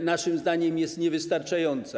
naszym zdaniem jest niewystarczająca.